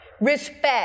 respect